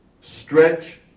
stretch